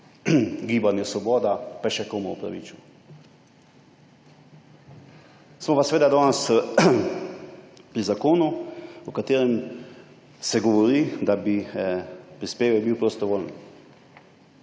Gibanju Svoboda pa še komu opravičil. Smo pa seveda danes pri zakonu, o katerem se govori, da bi prispevek bil prostovoljen.